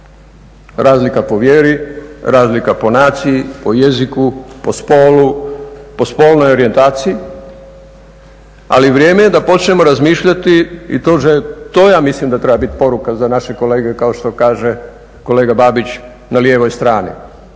razlika po vjeri, razlika po naciji, po jeziku, po spolu, po spolnoj orijentaciji, ali vrijeme je da počnemo razmišljati i to ja mislim da treba biti poruka za naše kolege kao što kaže kolega Babić na lijevoj strani.